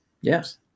Yes